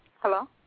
Hello